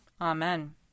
Amen